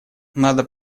надо